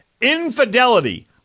infidelity